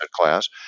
class